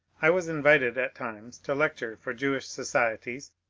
i was invited at times to lecture for jewish societies,